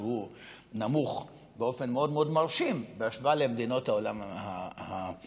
שהוא נמוך באופן מאוד מאוד מרשים בהשוואה למדינות העולם המערבי,